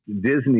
Disney